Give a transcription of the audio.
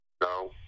No